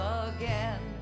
again